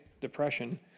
depression